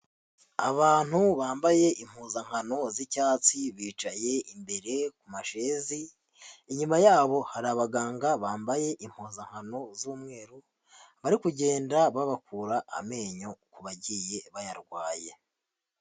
Abantu bambaye impuzankano z'icyatsi bicaye imbere ku mashezi, inyuma yabo hari abaganga bambaye impuzankano z'umweru bari kugenda babakura amenyo ku bagiye bayarwaye.